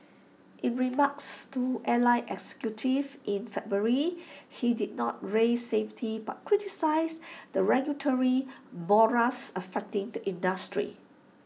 in remarks to airline executives in February he did not raise safety but criticised the regulatory morass affecting the industry